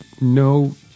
No